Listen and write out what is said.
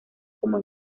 como